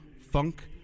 funk